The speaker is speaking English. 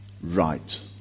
right